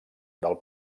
del